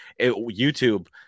youtube